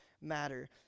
matter